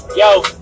Yo